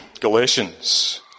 Galatians